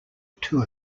two